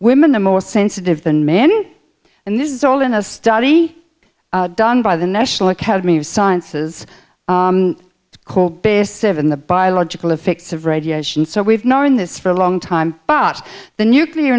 women are more sensitive than men and this is all in a study done by the national academy of sciences called best serve in the biological effects of radiation so we've known this for a long time but the nuclear